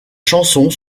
chansons